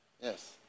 Yes